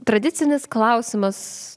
tradicinis klausimas